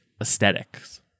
aesthetics